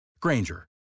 Granger